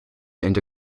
into